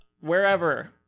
wherever